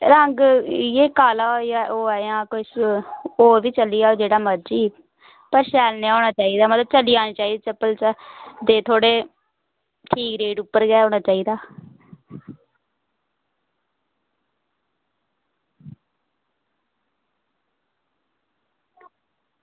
रंग इयै काला होऐ जां होर बी चली जाह्ग जेह्ड़ा मर्जी ते शैल निहां होना चाहिदा मतलब चली जा चप्पल ते थोह्ड़े ठीक रेट उप्पर गै होना चाहिदा